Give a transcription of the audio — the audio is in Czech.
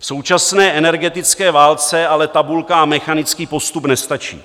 V současné energetické válce ale tabulka a mechanický postup nestačí.